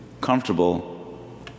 comfortable